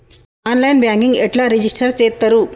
On line banking ఎట్లా register చేత్తరు?